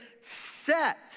set